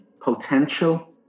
potential